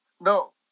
No